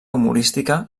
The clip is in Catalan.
humorística